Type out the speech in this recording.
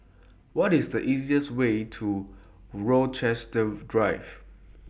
What IS The easiest Way to Rochester Drive